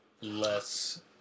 less